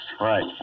Right